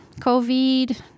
COVID